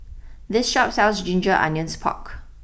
this Shop sells Ginger Onions Pork